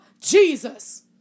Jesus